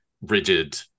rigid